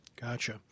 Gotcha